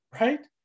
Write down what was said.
right